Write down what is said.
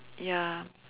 ya